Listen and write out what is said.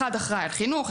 אחד אחראי על חינוך,